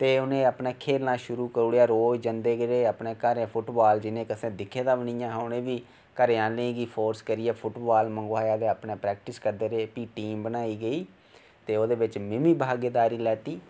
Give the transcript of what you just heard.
ते उंहे अपने खेलना शुरु करी ओड़ेआ रोज जंदे रेह् अपने घरे फुटबाल जेहड़ा उनें कदें दिक्खे दा बी नेई हा उंहे बी घरे आहलें गी फोरस करिये फुटबाल मंगवाया ते अपने प्रैक्टिस करदे रेह् फ्ही टीम बनाई गेई ते ओह्दे बिच्च मिम्मी भागेदारी लैती